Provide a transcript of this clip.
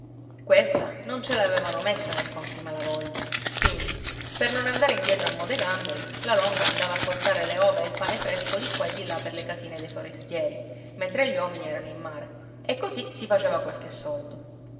questa non ce l'avevano messa nel conto i malavoglia quindi per non andare indietro a mo dei gamberi la longa andava a portare le ova e il pane fresco di qua e di là per le casine dei forestieri mentre gli uomini erano in mare e così si faceva qualche soldo